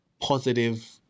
positive